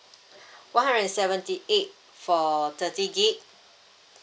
one hundred and seventy eight for thirty gig